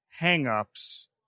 hangups